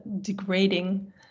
degrading